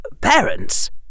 parents